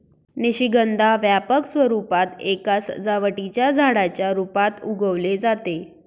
निशिगंधा व्यापक स्वरूपात एका सजावटीच्या झाडाच्या रूपात उगवले जाते